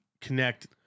connect